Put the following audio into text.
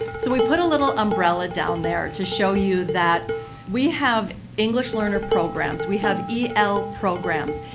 so we put a little umbrella down there to show you that we have english learner programs. we have el programs,